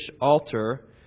altar